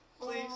Please